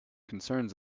concerns